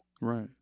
right